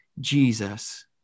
Jesus